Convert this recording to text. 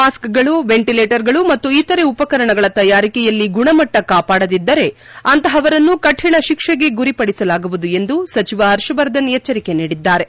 ಮಾಸ್ಕ್ಗಳು ವೆಂಟಿಲೇಟರ್ಗಳು ಮತ್ತು ಇತರೆ ಉಪಕರಣಗಳ ತಯಾರಿಕೆಯಲ್ಲಿ ಗುಣಮಟ್ನ ಕಾಪಾಡದಿದ್ದರೆ ಅಂಥವರನ್ನು ಕಠಿಣ ಶಿಕ್ಷೆಗೆ ಗುರಿಪಡಿಸಲಾಗುವುದು ಎಂದು ಸಚಿವ ಹರ್ಷವರ್ಧನ್ ಎಚ್ಚರಿಕೆ ನೀಡಿದ್ದಾರೆ